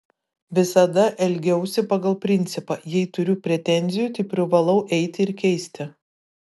visada elgiausi pagal principą jei turiu pretenzijų tai privalau eiti ir keisti